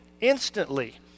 instantly